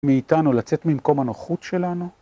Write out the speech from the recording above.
מאיתנו, לצאת ממקום הנוחות שלנו.